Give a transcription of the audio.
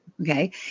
okay